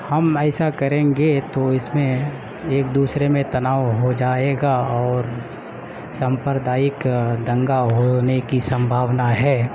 ہم ایسا کریں گے تو اس میں ایک دوسرے میں تناؤ ہو جائے گا اور سمپردائک دنگا ہونے کی سمبھاونا ہے